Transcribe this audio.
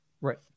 Right